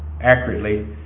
accurately